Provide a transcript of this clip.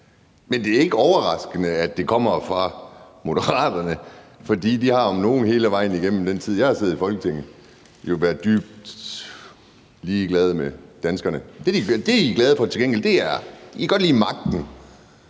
Men det er ikke overraskende, at det kommer fra Moderaterne, for de har om nogen i al den tid, mens jeg har siddet i Folketinget, jo været dybt ligeglade med danskerne. Det, I til gengæld er glade for, er magten.